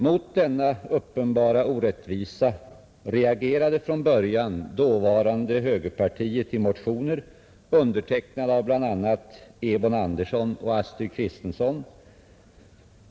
Mot denna uppenbara orättvisa reagerade från början dåvarande högerpartiet i motioner, undertecknade av bl.a. Ebon Andersson och Astrid Kristensson.